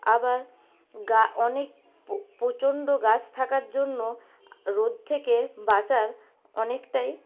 আবার অনেক প্রচন্ড গাছ থাকার জন্য রোদ থেকে বাঁচার অনেকটাই